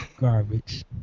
garbage